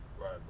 Right